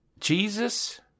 Jesus